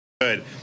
Good